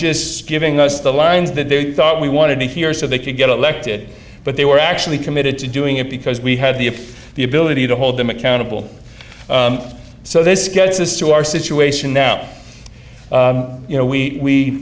just skipping us the lines that they thought we wanted to hear so they could get elected but they were actually committed to doing it because we have the if the ability to hold them accountable so this gets us to our situation now you know we